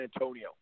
Antonio